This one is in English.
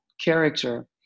character